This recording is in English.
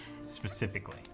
Specifically